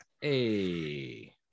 Hey